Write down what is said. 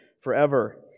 forever